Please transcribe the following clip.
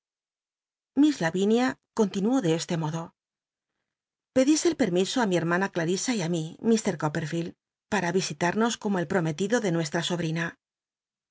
lavinia continuó de este modo pedís el permiso i mi hermana clarisa y mi mr coppel'field para visitamos como el prometido de nuestm